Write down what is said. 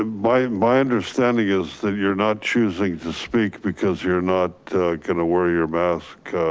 ah my my understanding is that you're not choosing to speak because you're not gonna wear your mask